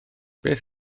beth